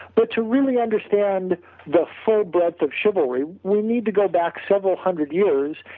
but to really understand the full breath of chivalry, we need to go back several hundred years,